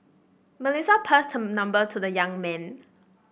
Melissa passed her number to the young man